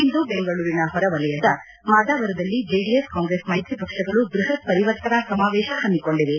ಇಂದು ಬೆಂಗಳೂರಿನ ಹೊರವಲಯದ ಮಾದವರದಲ್ಲಿ ಜೆಡಿಎಸ್ ಕಾಂಗ್ರೆಸ್ ಮೈತ್ರಿ ಪಕ್ಷಗಳು ಬೃಹತ್ ಪರಿವರ್ತನ್ ಸಮಾವೇಶ ಹಮ್ಸಿಕೊಂಡಿವೆ